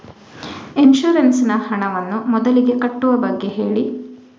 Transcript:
insurance ನ ಹಣವನ್ನು ಮೊದಲಿಗೆ ಕಟ್ಟುವ ಬಗ್ಗೆ ಹೇಳಿ